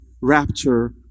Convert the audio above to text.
rapture